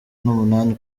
n’umunani